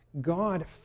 God